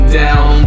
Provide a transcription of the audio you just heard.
down